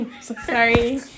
sorry